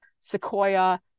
Sequoia